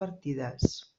partides